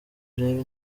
urebe